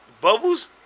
Bubbles